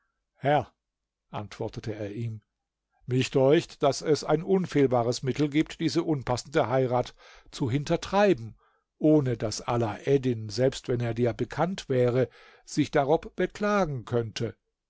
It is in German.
herr antwortete er ihm mich däucht daß es ein unfehlbares mittel gibt diese unpassende heirat zu hintertreiben ohne daß alaeddin selbst wenn er dir bekannt wäre sich darob beklagen könnte